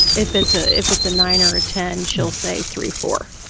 if it's ah if it's a nine or a ten, she'll say three, four.